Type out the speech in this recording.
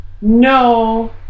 no